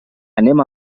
anem